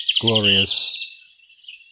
glorious